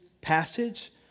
passage